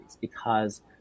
because-